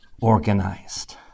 organized